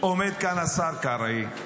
עומד כאן השר קרעי,